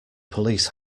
police